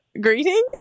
greeting